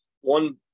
one